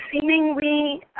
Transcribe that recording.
seemingly